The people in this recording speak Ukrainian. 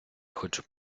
хочу